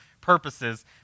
purposes